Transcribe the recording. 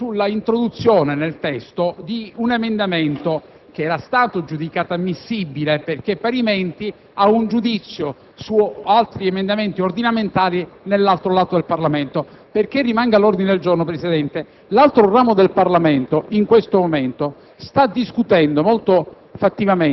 sull'introduzione nel testo di un emendamento, che era stato giudicato ammissibile parimenti ad un giudizio su altri emendamenti ordinamentali nell'altro ramo del Parlamento. Perché rimanga a verbale, ricordo che l'altro ramo del Parlamento in questo momento sta discutendo molto